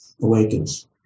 awakens